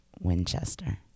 Winchester